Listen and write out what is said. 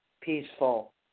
peaceful